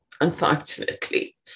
Unfortunately